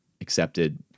accepted